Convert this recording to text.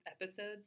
episodes